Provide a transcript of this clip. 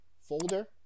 folder